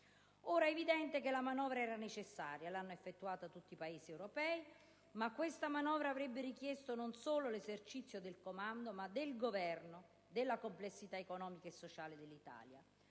Ora, è evidente che la manovra era necessaria (l'hanno infatti varata tutti i Paesi europei), ma questa manovra avrebbe richiesto l'esercizio non solo del comando, ma del governo della complessità economica e sociale dell'Italia.